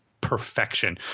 perfection